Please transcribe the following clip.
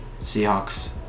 Seahawks